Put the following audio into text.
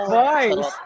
boys